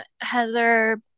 Heather